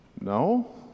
No